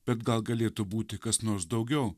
bet gal galėtų būti kas nors daugiau